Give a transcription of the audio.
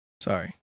Sorry